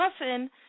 often